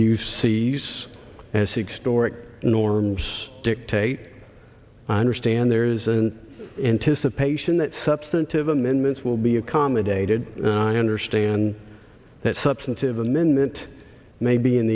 jusice and six story norms dictate i understand there is an anticipation that substantive amendments will be accommodated i understand that substantive amendment may be in